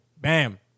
Bam